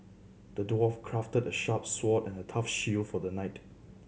the dwarf crafted a sharp sword and a tough shield for the knight